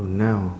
now